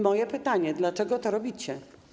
Moje pytanie: Dlaczego to robicie?